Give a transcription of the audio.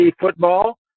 football